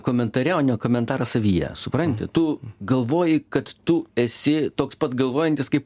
komentare o ne komentarą savyje supranti tu galvoji kad tu esi toks pat galvojantis kai